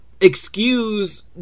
excuse